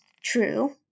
true